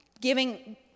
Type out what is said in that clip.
giving